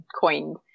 coined